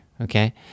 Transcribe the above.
okay